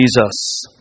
Jesus